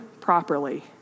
properly